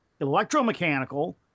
electromechanical